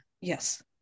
yes